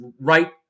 right